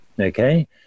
okay